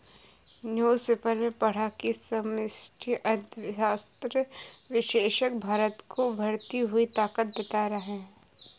newspaper में पढ़ा की समष्टि अर्थशास्त्र विशेषज्ञ भारत को उभरती हुई ताकत बता रहे हैं